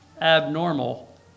abnormal